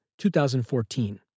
2014